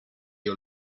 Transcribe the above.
you